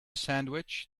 sandwich